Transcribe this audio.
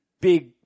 big